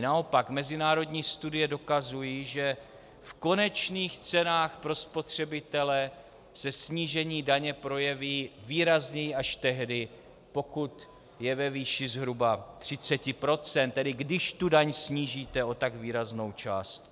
Naopak mezinárodní studie dokazují, že v konečných cenách pro spotřebitele se snížení daně projeví výrazněji až tehdy, pokud je ve výši zhruba 30 %, tedy když daň snížíte o tak výraznou částku.